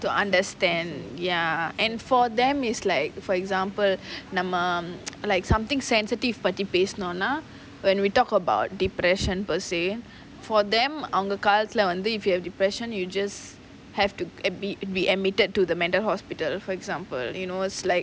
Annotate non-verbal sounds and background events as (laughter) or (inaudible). to understand ya and for them is like for example நம்ம:namma (noise) like something sensitive பேசுனோம்னா:pesunomnaa when we talk about depression per say for them அவங்க காலத்துல:avanga kaalathula if you have depression you just have to admi~ be admitted to the mental hospital for example you know it's like